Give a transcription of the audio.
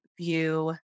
view